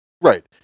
Right